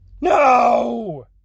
No